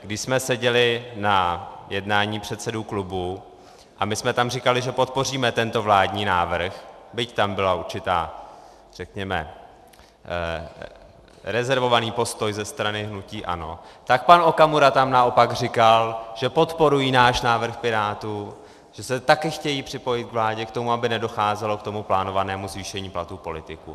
Když jsme seděli na jednání předsedů klubů, my jsme říkali, že podpoříme tento vládní návrh, byť tam byl určitý, řekněme, rezervovaný postoj ze strany hnutí ANO, a pan Okamura tam naopak říkal, že podporují náš návrh, Pirátů, že se taky chtějí připojit k vládě, k tomu, aby nedocházelo k plánovanému zvýšení platů politiků.